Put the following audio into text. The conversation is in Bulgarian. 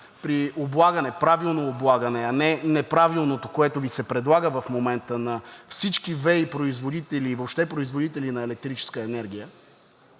при правилно облагане, а не неправилното, което Ви се предлага в момента, на всички ВЕИ производители и въобще производители на електрическа енергия,